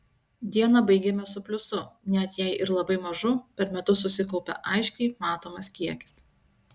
dieną baigiame su pliusu net jei ir labai mažu per metus susikaupia aiškiai matomas kiekis